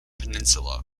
peninsula